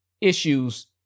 issues